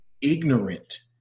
ignorant